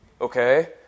Okay